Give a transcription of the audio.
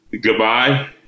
goodbye